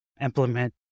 implement